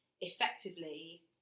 effectively